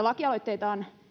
lakialoitteita on